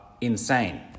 insane